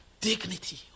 dignity